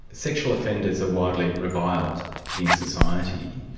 sexual offenders are widely reviled in society.